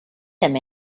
them